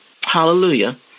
Hallelujah